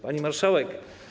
Pani Marszałek!